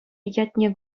ятне